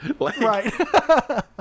Right